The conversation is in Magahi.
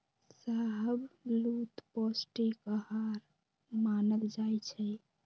शाहबलूत पौस्टिक अहार मानल जाइ छइ